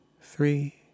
three